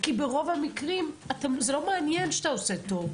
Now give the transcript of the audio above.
כי ברוב המקרים זה לא מעניין שאתה עושה טוב,